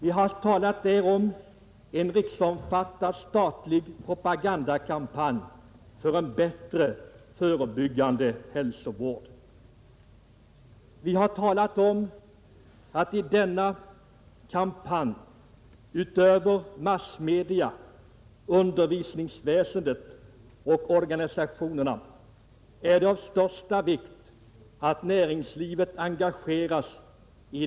I denna talar vi om en riksomfattande statlig propagandakampanj för en bättre förebyggande hälsovård. Vi har talat om att det i denna kampanj utöver användande av massmedia, undervisningsväsendet och organisationerna är av största vikt att näringslivet engageras.